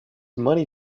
money